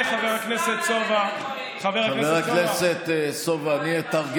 ככה זה נראה.